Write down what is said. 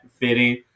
fitting